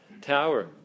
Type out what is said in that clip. tower